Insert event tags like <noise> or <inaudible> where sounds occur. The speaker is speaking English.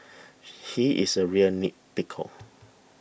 <noise> he is a real nitpicker